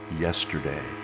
yesterday